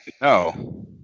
no